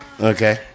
Okay